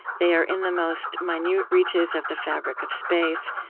they are in the most minute reaches of the fabric of space,